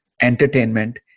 entertainment